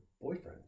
Boyfriend